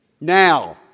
Now